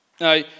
Now